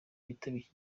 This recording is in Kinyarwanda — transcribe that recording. bitabiriye